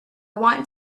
want